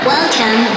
Welcome